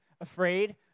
afraid